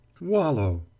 wallow